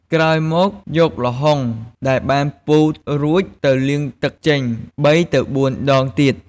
ក្រោយមក យកល្ហុងដែលបានពូតរួចទៅលាងទឹកចេញ ៣ ទៅ ៤ ដងទៀត។